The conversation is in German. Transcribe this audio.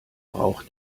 braucht